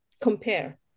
compare